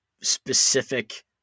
specific